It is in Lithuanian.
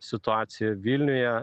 situaciją vilniuje